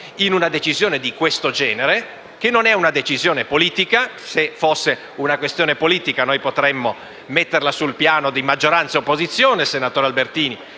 in una decisione di questo genere, che non è una decisione politica. Se fosse una questione politica potremmo metterla sul piano della maggioranza e dell'opposizione, per cui il senatore Albertini